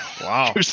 Wow